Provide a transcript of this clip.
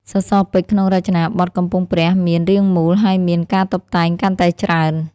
សសរពេជ្រក្នុងរចនាបថកំពង់ព្រះមាន រាងមូល ហើយមាន កងតុបតែង កាន់តែច្រើន។